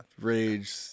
Rage